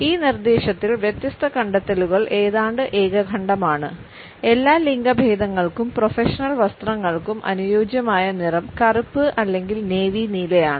ഈ നിർദ്ദേശത്തിൽ വ്യത്യസ്ത കണ്ടെത്തലുകൾ ഏതാണ്ട് ഏകകണ്ഠമാണ് എല്ലാ ലിംഗഭേദങ്ങൾക്കും പ്രൊഫഷണൽ വസ്ത്രങ്ങൾക്ക് അനുയോജ്യമായ നിറം കറുപ്പ് അല്ലെങ്കിൽ നേവി നീലയാണ്